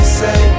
say